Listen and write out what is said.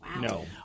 No